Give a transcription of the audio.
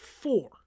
four